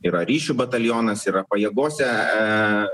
yra ryšių batalionas yra pajėgose